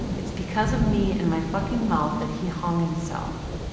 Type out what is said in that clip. it's because of me and my fucking mouth that he hung himself.